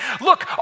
look